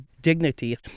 dignity